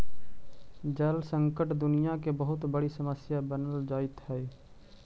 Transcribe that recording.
जल संकट दुनियां के बहुत बड़ी समस्या बनल जाइत हई